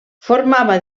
formava